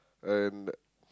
and